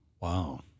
Wow